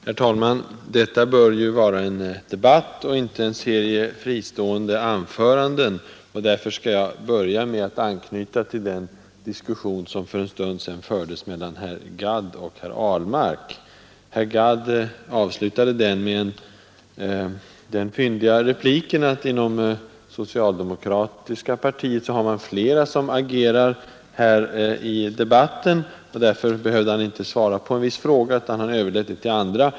Herr talman! Detta bör vara en debatt och inte en serie fristående anföranden. Därför skall jag börja med att anknyta till den diskussion som för en stund sedan fördes mellan herr Gadd och herr Ahlmark. Herr Gadd avslutade den med den fyndiga repliken, att inom det socialdemokratiska partiet har man flera som agerar i debatten, och därför behövde han inte svara på en viss fråga utan överlät det till andra.